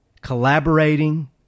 collaborating